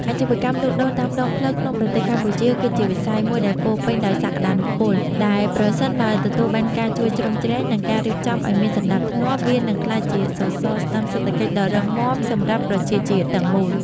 អាជីវកម្មលក់ដូរតាមដងផ្លូវក្នុងប្រទេសកម្ពុជាគឺជាវិស័យមួយដែលពោរពេញដោយសក្ដានុពល ដែលប្រសិនបើទទួលបានការជួយជ្រោមជ្រែង និងការរៀបចំឱ្យមានសណ្ដាប់ធ្នាប់ វានឹងក្លាយជាសសរស្តម្ភសេដ្ឋកិច្ចដ៏រឹងមាំសម្រាប់ប្រជាជាតិទាំងមូល។